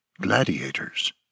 gladiators